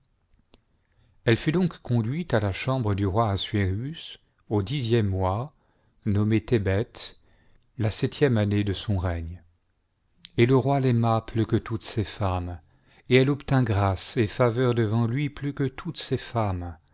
elle fut donc conduite à la chambre du roi assuérus au dixième mois nommé tébeth la septième année de son règne et le roi l'aima plus que toutes ses femmes et elle obtint grâce et faveur devant lui plus que toutes ses femmes